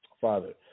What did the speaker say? Father